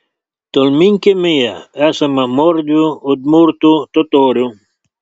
tolminkiemyje esama mordvių udmurtų totorių